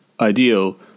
ideal